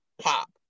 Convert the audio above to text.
pop